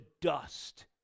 dust